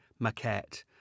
maquette